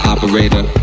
Operator